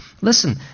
Listen